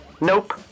Nope